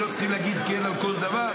ולא צריכים להגיד כן על כל דבר.